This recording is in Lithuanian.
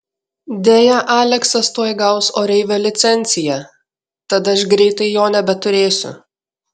deja aleksas tuoj gaus oreivio licenciją tad aš greitai jo nebeturėsiu